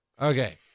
Okay